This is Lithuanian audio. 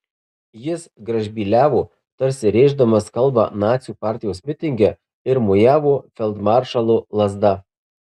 jis gražbyliavo tarsi rėždamas kalbą nacių partijos mitinge ir mojavo feldmaršalo lazda